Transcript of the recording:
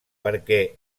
perquè